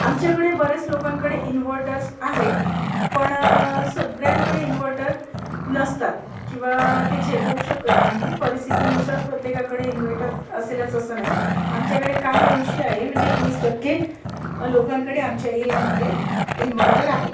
आमच्याकडे बऱ्याच लोकांकडे इन्व्हर्टर्स आहेत पण सगळ्यांकडे इन्व्हर्टर नसतात किंवा ते झेपवू शकत नाही परिस्थितीनुसार प्रत्येकाकडे इन्व्हर्टर असेलच असं नाही आमच्याकडे काही अंशी आहे म्हणजे वीस टक्के लोकांकडे आमच्या एरियामध्ये इन्व्हर्टर आहे